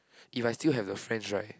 if I still have the friends right